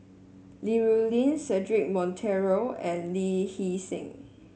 Li Rulin Cedric Monteiro and Lee Hee Seng